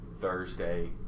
Thursday